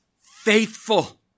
faithful